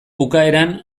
bukaeran